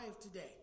today